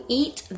eat